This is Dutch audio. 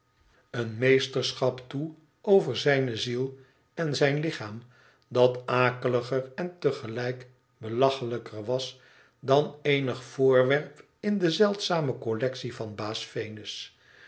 een meesterschap toe over zijne ziel en zijn lichaam dat akeliger en te gelijk belachelijker was dan eenig voorwerp in de zeldzame collectie van